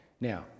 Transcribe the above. Now